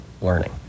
learning